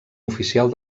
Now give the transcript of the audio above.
oficial